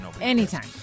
Anytime